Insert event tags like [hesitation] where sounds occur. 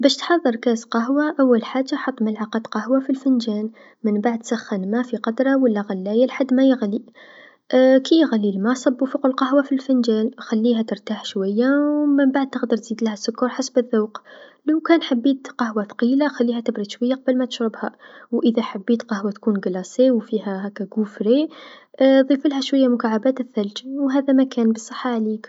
باش تحضر كاس قهوا أول حاجه حط ملعقة قهوا في الفنجان من بعد سخن الما في قدرا و لا غلايه لحد ما يغلي [hesitation] كيغلي الما صبو فوق القهوا في الفنجان خليها ترتاح شويا و منبعد تقدر تزيدلها السكر حسب الذوق لوكان حبيت قهوا ثقيله خليها تبرد شويا قبل ما تشربها و إذا حبيت قهوا تكون مجمده و فيها هاكا ذوق منعش [hesitation] ضيفلها شويا مكعبات الثلج هذا مكان بالصحه عليك.